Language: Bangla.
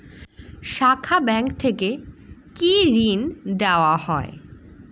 শাখা ব্যাংক থেকে কি ঋণ দেওয়া হয়?